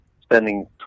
spending